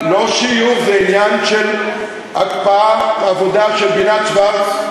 לא שיוך, זה עניין של הקפאת העבודה של בינת שוורץ,